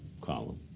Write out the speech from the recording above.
column